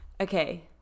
Okay